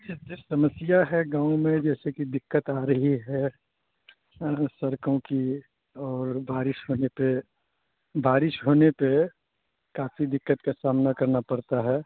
سمسیا ہے گاؤں میں جیسے کہ دقت آ رہی ہے سڑکوں کی اور بارش ہونے پہ بارش ہونے پہ کافی دقت کا سامنا کرنا پڑتا ہے